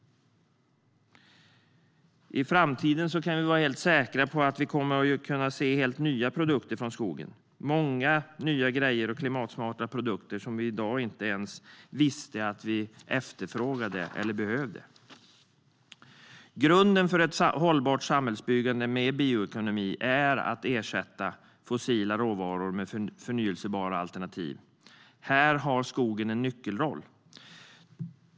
I framtiden kan vi vara säkra på att vi kommer att få se helt nya produkter från skogen. Det lär bli många grejer och klimatsmarta produkter som vi i dag inte ens vet att vi efterfrågar eller behöver. Grunden för ett hållbart samhällsbyggande med bioekonomi är att ersätta fossila råvaror med förnybara alternativ. Här har skogen en nyckelroll.